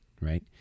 right